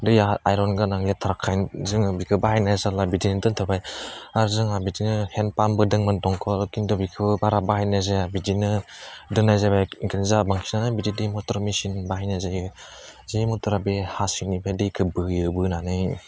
दैया आयरन गोनां लेथ्राखाय जोङो बेखौ बाहायनाय जाला बिदिनो दोन्थ'बाय आरो जोंहा बेदिनो हेन्ड पाम्पबो दोंमोन दंखल खिन्थु बिखौ बारा बाहायनाय जाया बिदिनो दोन्नाय जाबाय जाहा बांसिनानो बेदि दै मथर मेसिन बाहायनाय जायो जोंनि मथरा बे हा सिंनिफ्राय दैखौ बोयो बोनानै